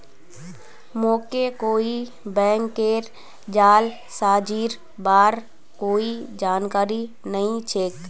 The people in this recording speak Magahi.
मोके कोई भी बैंकेर जालसाजीर बार कोई जानकारी नइ छेक